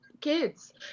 kids